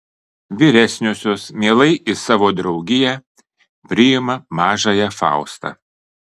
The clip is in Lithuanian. vyresniosios mielai į savo draugiją priima mažąją faustą